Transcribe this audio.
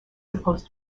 supposed